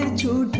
to to